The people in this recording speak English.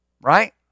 Right